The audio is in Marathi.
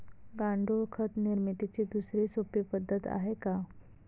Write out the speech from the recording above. गांडूळ खत निर्मितीची दुसरी सोपी पद्धत आहे का?